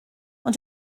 ond